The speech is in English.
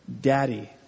Daddy